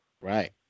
Right